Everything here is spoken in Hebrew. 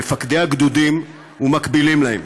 מפקדי הגדודים ומקבילים להם,